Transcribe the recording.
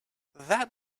that